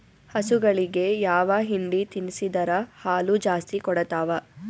ಹಸುಗಳಿಗೆ ಯಾವ ಹಿಂಡಿ ತಿನ್ಸಿದರ ಹಾಲು ಜಾಸ್ತಿ ಕೊಡತಾವಾ?